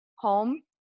home